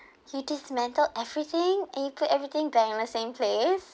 you dismantle everything and you put everything back on the same place